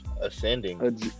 ascending